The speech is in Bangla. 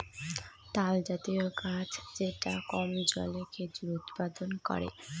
তালজাতীয় গাছ যেটা কম জলে খেজুর উৎপাদন করে